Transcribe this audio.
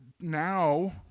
now